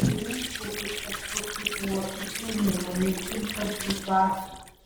nuo jos gugiui pasprukti buvo sunkiau nei nuo milžinkapių dvasių